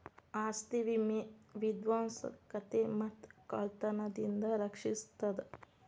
ಆಸ್ತಿ ವಿಮೆ ವಿಧ್ವಂಸಕತೆ ಮತ್ತ ಕಳ್ತನದಿಂದ ರಕ್ಷಿಸ್ತದ